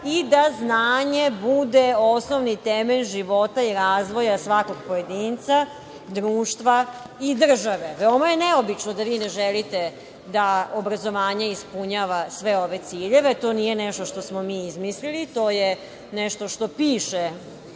i da znanje bude osnovni temelj života i razvoja svakog pojedinca, društva i države? Veoma je neobično da vi ne želite da obrazovanje ispunjava sve ove ciljeve. To nije nešto što smo mi izmislili. To je nešto što piše